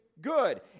good